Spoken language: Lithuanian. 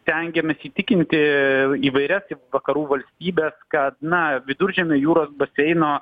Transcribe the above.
stengėmės įtikinti įvairias vakarų valstybes kad na viduržemio jūros baseino